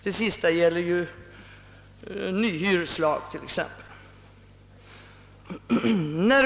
Det sista gäller exempelvis den nya hyreslagen.